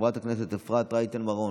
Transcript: חברת הכנסת אפרת רייטן מרום,